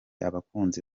abakunzi